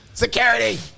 Security